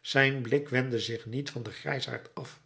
zijn blik wendde zich niet van den grijsaard af